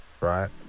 right